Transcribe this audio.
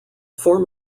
form